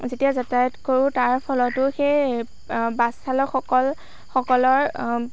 যেতিয়া যাতায়ত কৰোঁ তাৰ ফলতো সেই বাছ চালকসকল সকলৰ